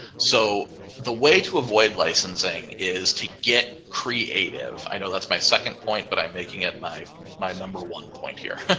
so the way to avoid licensing is to get creative. i know that's my second point, but i'm making it my my number one point here.